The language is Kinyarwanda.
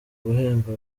guhemba